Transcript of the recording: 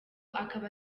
akaba